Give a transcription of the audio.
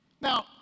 Now